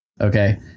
Okay